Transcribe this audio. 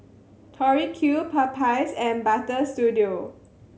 Tori Q Popeyes and Butter Studio